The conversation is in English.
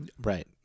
Right